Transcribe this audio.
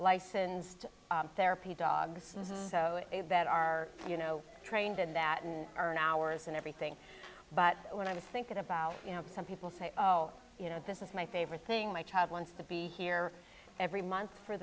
licensed therapy dogs that are you know trained in that and earn hours and everything but when i was thinking about you know some people say you know this is my favorite thing my child wants to be here every month for